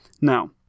Now